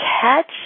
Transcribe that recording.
catch